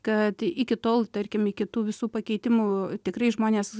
kad iki tol tarkim iki tų visų pakeitimų tikrai žmonės